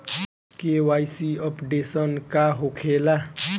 KYC updation का होखेला?